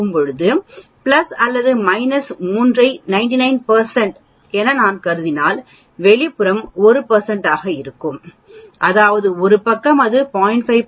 இதேபோல் பிளஸ் அல்லது மைனஸ் 3 ஐ 99 என நான் கருதினால் வெளிப்புறம் 1 ஆக இருக்கும் அதாவது ஒரு பக்கம் அது 0